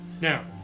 Now